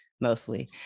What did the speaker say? mostly